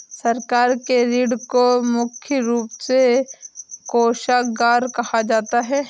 सरकार के ऋण को मुख्य रूप से कोषागार कहा जाता है